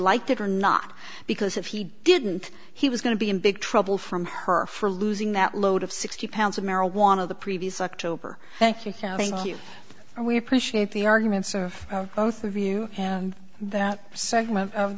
liked it or not because if he didn't he was going to be in big trouble from her for losing that load of sixty pounds of marijuana the previous october thank you thank you and we appreciate the arguments of both of you and that segment of